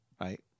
Right